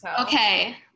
Okay